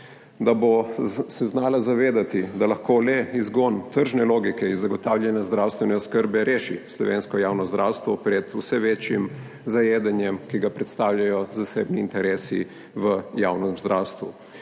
da bo se znala zavedati, da lahko le izgon tržne logike iz zagotavljanja zdravstvene oskrbe, reši slovensko javno zdravstvo pred vse večjim zajedanjem, ki ga predstavljajo zasebni interesi v javnem zdravstvu,